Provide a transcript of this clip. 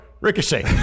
ricochet